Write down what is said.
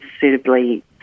suitably